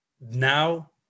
now